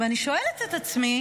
ואני שואלת את עצמי